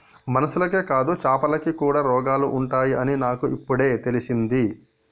మనుషులకే కాదు చాపలకి కూడా రోగాలు ఉంటాయి అని నాకు ఇపుడే తెలిసింది